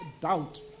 doubt